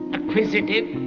acquisitive,